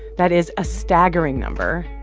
that is a staggering number,